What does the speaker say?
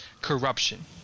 corruption